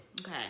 Okay